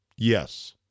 Yes